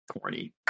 corny